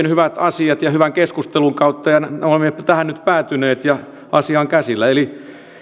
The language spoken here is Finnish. hyvät asiat syntyvät hiljakseen hyvän keskustelun kautta ja olemme tähän nyt päätyneet ja asia on käsillä eli